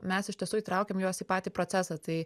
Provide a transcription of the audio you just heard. mes iš tiesų įtraukiam juos į patį procesą tai